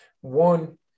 One